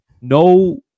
no